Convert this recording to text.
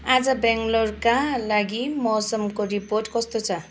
आज बेङलोरका लागि मौसमको रिपोर्ट कस्तो छ